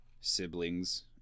siblings